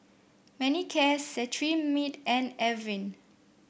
Manicare Cetrimide and Avene